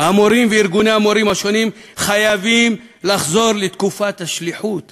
וארגוני המורים השונים חייבים לחזור לתקופת השליחות